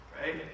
Right